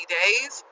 days